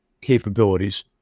capabilities